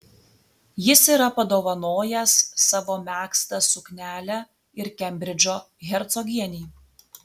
jis yra padovanojęs savo megztą suknelę ir kembridžo hercogienei